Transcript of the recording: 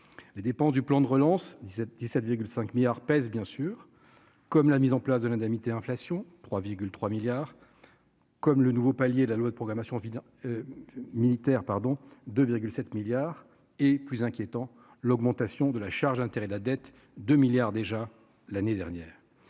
les dépenses du plan de relance 17 17,5 milliards pèse bien sûr, comme la mise en place de l'indemnité inflation 3,3 milliards comme le nouveau palier la loi de programmation vidant militaire, pardon, de 7 milliards et plus inquiétant, l'augmentation de la charge d'intérêts de la dette de milliards déjà l'année dernière